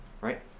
right